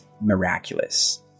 miraculous